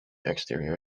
exterior